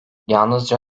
yalnızca